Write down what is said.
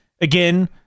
again